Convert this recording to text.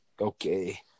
Okay